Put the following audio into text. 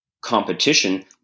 competition